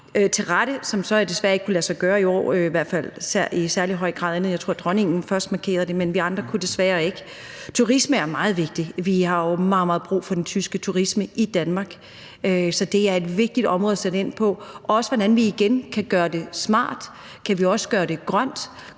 til rette, som jo så desværre ikke kunne lade sig gøre i år, i hvert fald ikke i særlig høj grad, andet end at jeg tror, dronningen først markerede det, men vi andre kunne desværre ikke. Turisme er meget vigtigt. Vi har jo meget, meget brug for den tyske turisme i Danmark, så det er et vigtigt område at sætte ind på, også i forhold til hvordan vi igen kan gøre det smart. Kan vi også gøre det grønt?